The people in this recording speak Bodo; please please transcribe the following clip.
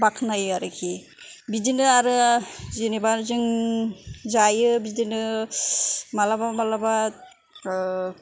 बाखनायो आरोखि बिदिनो आरो जेनेबा जों जायो बिदिनो मालाबा मालाबा ओ